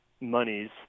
monies